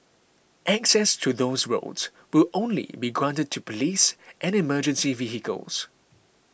access to those roads will only be granted to police and emergency vehicles